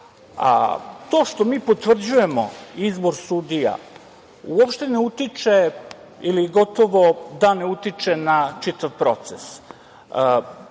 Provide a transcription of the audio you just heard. što mi potvrđujemo izbor sudija uopšte ne utiče ili gotovo da ne utiče na čitav proces.